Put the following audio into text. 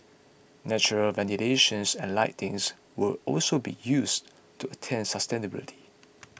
natural ventilations and lightings will also be used to attain sustainability